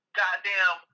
goddamn